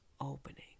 opening